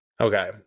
Okay